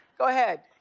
go ahead.